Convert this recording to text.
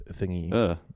thingy